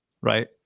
right